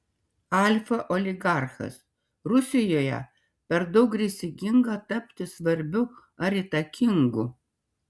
alfa oligarchas rusijoje per daug rizikinga tapti svarbiu ar įtakingu